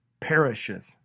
perisheth